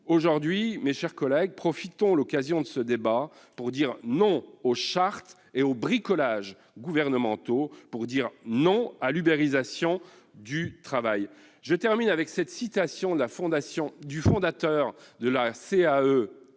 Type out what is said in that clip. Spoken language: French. social. Mes chers collègues, profitons de l'occasion de ce débat pour dire non aux chartes et aux bricolages gouvernementaux, pour dire non à l'ubérisation du travail. Je terminerai en citant le fondateur de la CAE